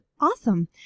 Awesome